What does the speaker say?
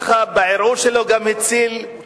שבערעור שלו הוא גם הציל את